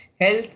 health